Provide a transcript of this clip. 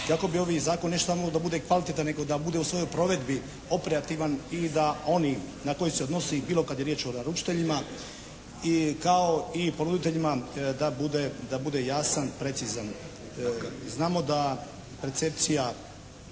kako bi ovaj zakon ne samo da bude kvalitetan nego da bude u svojoj provedbi operativan i da oni na koje se odnosi bilo kad je riječ o naručiteljima kao i ponuditeljima da bude, da bude jasan, precizan. Znamo da percepcija